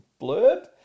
blurb